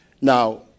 Now